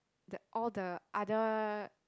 the all the other